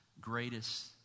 greatest